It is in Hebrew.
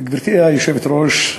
גברתי היושבת-ראש,